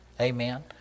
Amen